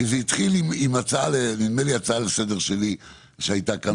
זה התחיל עם הצעה לסדר שלי שהייתה כאן